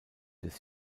des